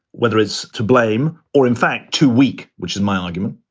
whether it is to blame or in fact, too weak, which is my argument.